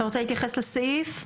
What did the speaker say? אתה רוצה להתייחס לסעיף?